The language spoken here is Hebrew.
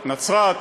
נצרת,